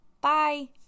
Bye